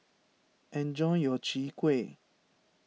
enjoy your Chwee Kueh